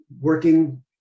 working